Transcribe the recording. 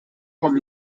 vom